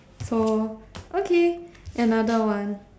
so okay another one